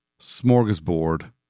smorgasbord